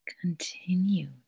continue